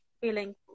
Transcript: feeling